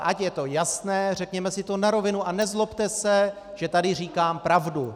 Ať je to jasné, řekněme se to na rovinu a nezlobte se, že tady říkám pravdu.